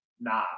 Nah